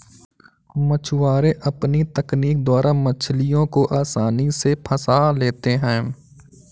मछुआरे अपनी तकनीक द्वारा मछलियों को आसानी से फंसा लेते हैं